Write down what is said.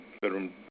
bedroom